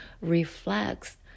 reflects